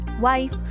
wife